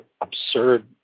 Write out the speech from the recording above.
absurd